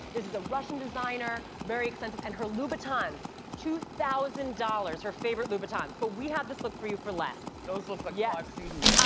this is a russian designer, very expensive, and her louboutins, two thousand dollars. her favorite louboutins, but and but we have this look for you for less. those look like yeah five seasons